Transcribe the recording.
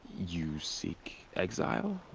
you seek. exile?